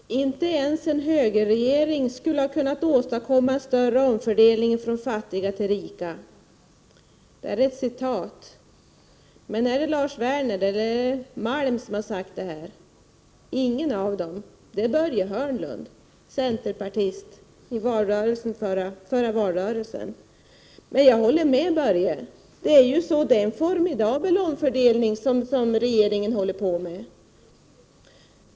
Herr talman! Inte ens en högerregering skulle ha kunnat åstadkomma en större omfördelning från fattiga till rika. Det är ett citat, men är det Lars Werner eller Stig Malm som har sagt det? Ingen av dem. Det var Börje Hörnlund, centerpartist, som sade det i den senaste valrörelsen. Jag håller med Börje Hörnlund. Det är en formidabel omfördelning som regeringen håller på med.